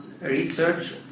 research